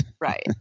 Right